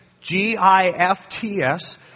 G-I-F-T-S